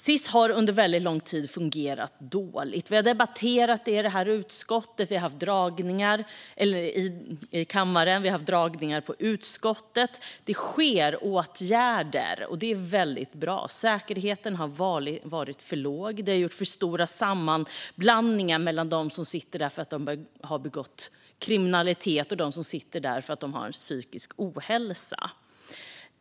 Sis har under väldigt lång tid fungerat dåligt. Vi har debatterat det i det här utskottet. Vi har haft dragningar i kammaren och i utskottet. Det vidtas åtgärder, vilket är väldigt bra. Säkerheten har varit för låg. Det har gjorts för stora sammanblandningar mellan dem som sitter där för att de har begått brott och dem som sitter där för att de har psykisk ohälsa.